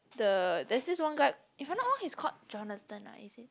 the there's this one guy if I'm not wrong he's called Jonathan ah is it